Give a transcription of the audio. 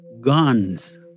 Guns